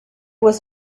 was